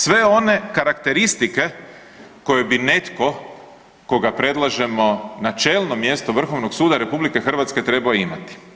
Sve one karakteristike koje bi netko koga predlažemo na čelno mjesto Vrhovnog suda RH trebao imati.